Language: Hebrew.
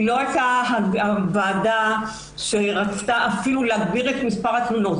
היא לא הייתה ועדה שרצתה אפילו להגדיל את מספר התלונות.